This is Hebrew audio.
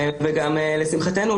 לשמחתנו,